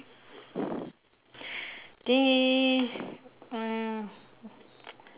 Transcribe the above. they mm